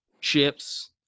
chips